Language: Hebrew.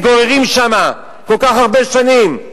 שמתגוררים שם כל כך הרבה שנים.